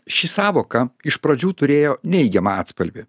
ši sąvoka iš pradžių turėjo neigiamą atspalvį